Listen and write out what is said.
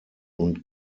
und